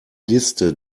liste